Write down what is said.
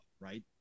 right